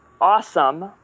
awesome